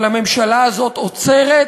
אבל הממשלה הזאת עוצרת